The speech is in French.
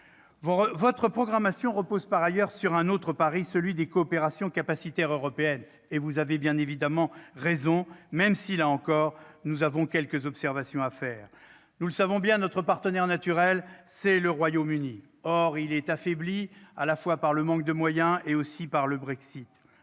Votre programmation repose sur un autre pari, celui des coopérations capacitaires européennes. Vous avez bien évidemment raison, même si nous avons, ici encore, quelques observations à formuler. Notre partenaire naturel, c'est le Royaume-Uni. Or il est affaibli à la fois par le manque de moyens et par le Brexit.